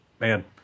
man